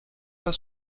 was